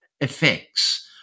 effects